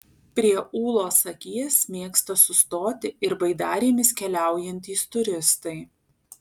prie ūlos akies mėgsta sustoti ir baidarėmis keliaujantys turistai